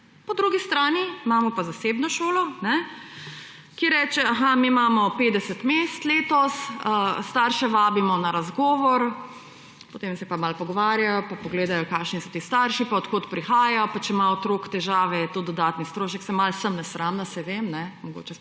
Po drugi strani imamo pa zasebno šolo, ki reče, aha, mi imamo 50 mest letos, starše vabimo na razgovor, potem se pa malo pogovarjajo pa pogledajo, kakšni so ti starši, od kod prihajajo, pa če ima otrok težave, je to dodatni strošek. Saj malo sem nesramna, saj vem, mogoče sploh